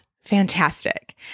fantastic